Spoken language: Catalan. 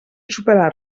superar